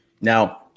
Now